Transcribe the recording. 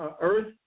earth